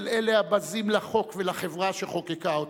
של אלה הבזים לחוק ולחברה שחוקקה אותו,